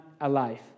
alive